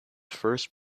first